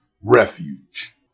refuge